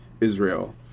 Israel